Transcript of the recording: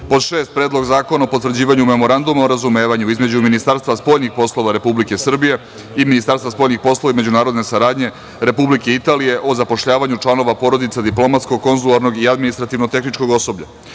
Srbije;6. Predlog zakona o potvrđivanju Memoranduma o razumevanju između Ministarstva spoljnih poslova Republike Srbije i Ministarstva spoljnih poslova i međunarodne saradnje Republike Italije o zapošljavanju članova porodica diplomatsko-konzularnog i administrativno-tehničko osoblja;7.